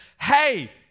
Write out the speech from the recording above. hey